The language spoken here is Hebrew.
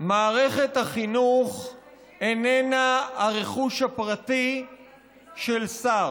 מערכת החינוך איננה הרכוש הפרטי של שר.